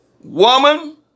Woman